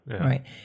Right